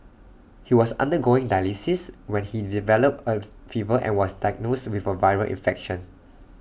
he was undergoing dialysis when he developed as fever and was diagnosed with A viral infection